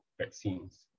vaccines